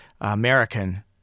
American